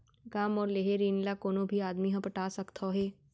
का मोर लेहे ऋण ला कोनो भी आदमी ह पटा सकथव हे?